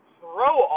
throw